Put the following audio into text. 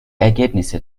ergebnisse